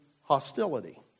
hostility